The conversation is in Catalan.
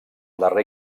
darrer